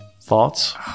thoughts